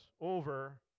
over